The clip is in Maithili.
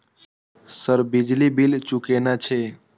सर बिजली बील चूकेना छे?